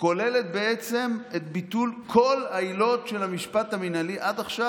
כוללת בעצם את ביטול כל העילות של המשפט המינהלי עד עכשיו.